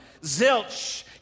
zilch